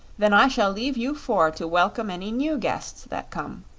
then i shall leave you four to welcome any new guests that come,